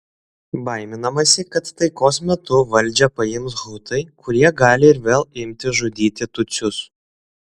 baiminamasi kad taikos metu valdžią paims hutai kurie gali ir vėl imti žudyti tutsius